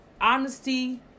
honesty